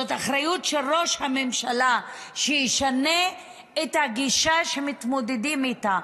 זאת האחריות של ראש הממשלה שישנה את הגישה שמתמודדים איתה.